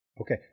okay